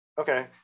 Okay